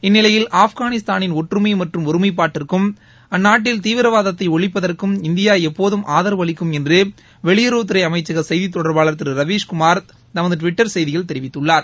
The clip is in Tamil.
இந்நிலையில் ஆப்காவிஸ்தானின் ஒற்றுமை மற்றும் ஒருமைப்பாட்டிற்கும் அந்நாட்ல் தீவிரவாதத்தை ஒழிப்பதற்கும் இந்தியா எப்போதும் ஆதரவு அளிக்கும் என்று வெளியுறவத்துறை அமைச்சக செய்தி தொடர்பாளர் திரு ரவீஸ் குமார் தமது டுவிட்டர் செய்தியில் தெரிவித்துள்ளார்